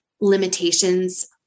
limitations